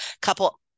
couple